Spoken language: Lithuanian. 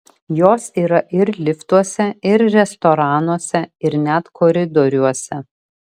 jos yra ir liftuose ir restoranuose ir net koridoriuose